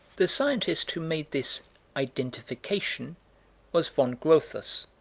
the scientist who made this identification was von grotthus.